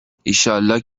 ایشالله